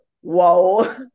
whoa